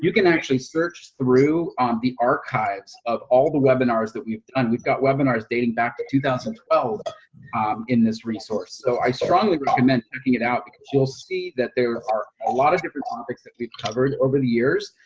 can actually search through um the archives of all the webinars that we've done. we've got webinars dating back to two thousand and twelve in this resource. so, i strongly recommend checking it out, because you'll see that there are a lot of different topics that we've covered over the years.